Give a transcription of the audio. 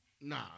Nah